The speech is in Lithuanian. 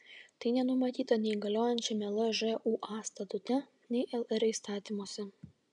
tai nenumatyta nei galiojančiame lžūa statute nei lr įstatymuose